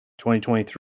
2023